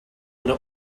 would